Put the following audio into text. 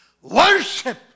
Worship